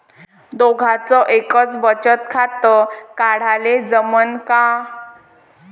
दोघाच एकच बचत खातं काढाले जमनं का?